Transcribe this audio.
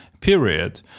period